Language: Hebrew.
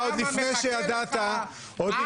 אתה עוד לפני שידעת ------ מה שמחכה לך,